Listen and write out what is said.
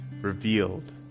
revealed